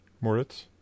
Moritz